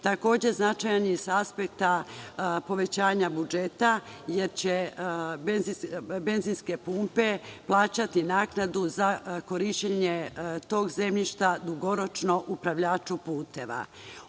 Takođe, značajan je i sa aspekta povećanja budžeta, jer će benzinske pumpe plaćati naknadu za korišćenje tog zemljišta dugoročno upravljaču puteva. Ono